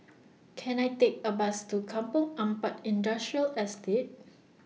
Can I Take A Bus to Kampong Ampat Industrial Estate